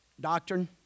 doctrine